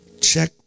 check